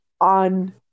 on